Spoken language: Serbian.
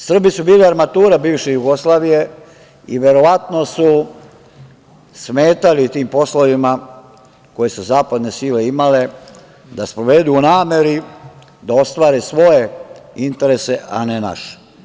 Srbi su bili armatura bivše Jugoslavije i verovatno su smetali tim poslovima koje su zapadne sile imale da sprovedu, u nameri da ostvare svoje interese a ne naše.